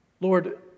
Lord